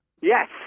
yes